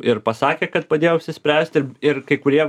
ir pasakė kad padėjau apsispręsti ir ir kai kurie